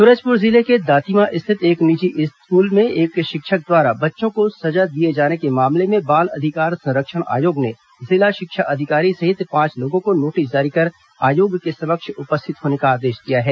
सूरजपुर जिले के दातिमा स्थित एक निजी स्कूल में शिक्षक द्वारा बच्चों को सजा दिए जाने के मामले में बाल अधिकार संरक्षण आयोग ने जिला शिक्षा अधिकारी सहित पांच लोगों को नोटिस जारी कर आयोग के समक्ष उपस्थित होने का आदेश दिया है